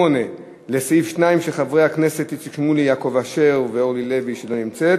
איציק שמולי לסעיף 2 לא נתקבלה.